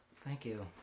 thank you.